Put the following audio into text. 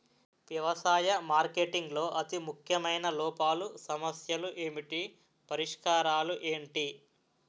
వ్యవసాయ మార్కెటింగ్ లో అతి ముఖ్యమైన లోపాలు సమస్యలు ఏమిటి పరిష్కారాలు ఏంటి?